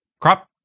Crop